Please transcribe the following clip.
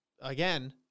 again